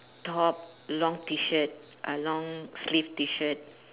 top long T-shirt uh long sleeve T-shirt